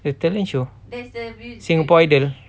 the talent show singapore idol